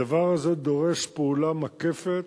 הדבר הזה דורש פעולה מקפת,